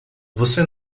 você